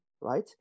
right